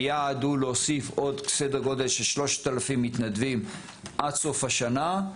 היעד הוא להוסיף עוד סדר גודל של 3,000 מתנדבים עד סוף השנה.